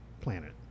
planet